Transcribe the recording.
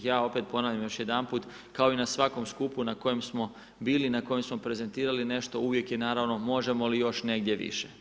Ja opet ponavljam još jedanput kao i na svakom skupu na kojem smo bili i na kojem smo prezentirali nešto, uvijek je naravno možemo li još negdje više.